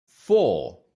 four